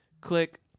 Click